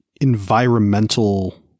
environmental